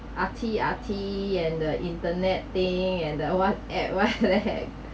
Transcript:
R_T R_T and the internet thing and that one add one right